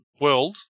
world